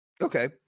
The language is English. okay